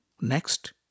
Next